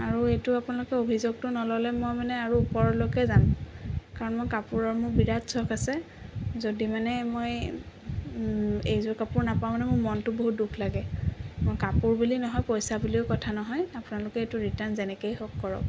আৰু এইটো আপোনালোকে অভিযোগটো নল'লে মই মানে আৰু ওপৰলৈকে যাম কাৰণ মোৰ কাপোৰৰ বিৰাট চখ আছে যদি মানে মই এইযোৰ কাপোৰ নাপাওঁ মানে মোৰ মনতো বহুত দুখ লাগে মই কাপোৰ বুলি নহয় পইচা বুলিও কথা নহয় আপোনালোকে এইটো ৰিটাৰ্ন যেনেকেই হওক কৰক